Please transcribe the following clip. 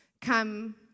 come